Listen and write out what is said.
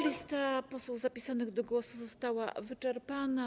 Lista posłów zapisanych do głosu została wyczerpana.